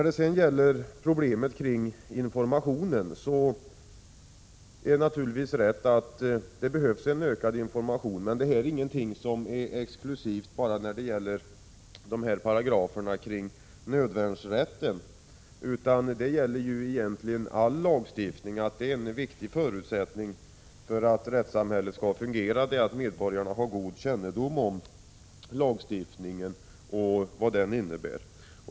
Det är naturligtvis riktigt att det behövs ökad information, men det är inget exklusivt bara kring paragraferna om nödvärnsrätten, utan det gäller egentligen all lagstiftning. En viktig förutsättning för att rättssamhället skall fungera är att medborgarna har god kännedom om lagstiftningen och vad den innebär.